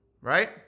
right